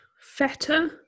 Feta